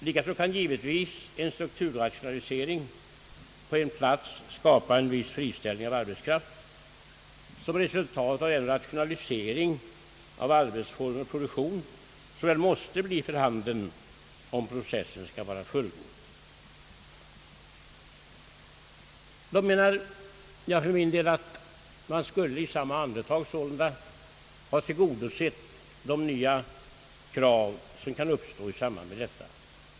Likaså kan givetvis strukturrationalisering på en plats medföra viss friställning av arbetskraft såsom resultat av den rationalisering av arbetsformer och produktion som väl måste till om processen skall vara fullgod. Jag menar att man i samma andetag sålunda skulle ha tillgodosett de nya krav som kan uppstå i samband härmed.